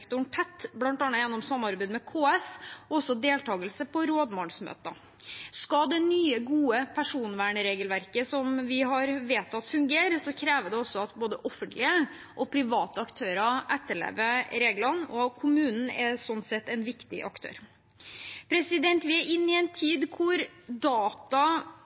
tett, bl.a. gjennom samarbeid med KS og også deltakelse på rådmannsmøter. Skal det nye, gode personvernregelverket som vi har vedtatt, fungere, krever det at både offentlige og private aktører etterlever reglene, og kommunene er slik sett en viktig aktør. Vi er inne i en tid hvor data